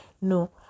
No